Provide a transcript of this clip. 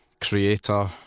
creator